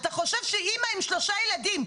אתה חושב שאמא עם שלושה ילדים,